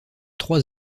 trois